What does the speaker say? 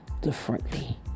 differently